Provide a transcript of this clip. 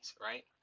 right